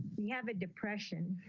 you have a depression.